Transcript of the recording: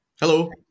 Hello